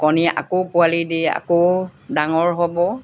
কণী আকৌ পোৱালি দি আকৌ ডাঙৰ হ'ব